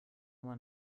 man